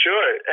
Sure